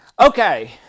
Okay